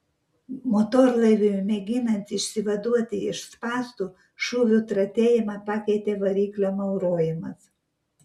motorlaiviui mėginant išsivaduoti iš spąstų šūvių tratėjimą pakeitė variklio maurojimas